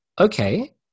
okay